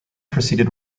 proceeded